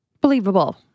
Believable